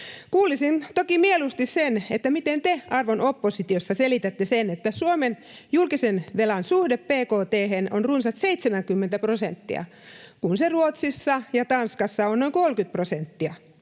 Kuulisin toki mieluusti sen, miten te arvon oppositiossa selitätte sen, että Suomen julkisen velan suhde bkt:hen on runsaat 70 prosenttia, kun se Ruotsissa ja Tanskassa on noin 30 prosenttia.